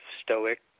stoic